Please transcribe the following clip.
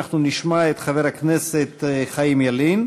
אנחנו נשמע את חבר הכנסת חיים ילין: